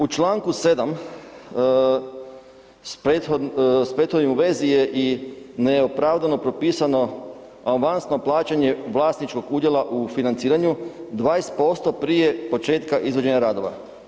U čl. 7. s prethodnim u vezi je i neopravdano propisano avansno plaćanje vlasničkog udjela u financiranju 20% prije početka iz vođenja radova.